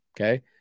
Okay